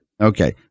Okay